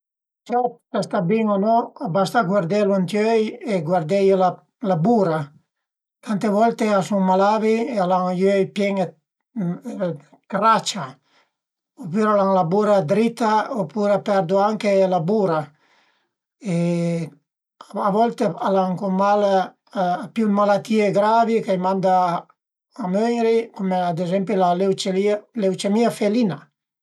Ël ciat s'a sta bin o no a basta guardelu ënt i öi e guardeie la bura, tante volte a sun malavi e al an i öi pien dë cracia opüra al an la bura drita opüra a perdu anche la bura e a volte al an co mal a pìu dë malatìe gravi ch'a i manda a möiri cum ad ezempi la leucemia felina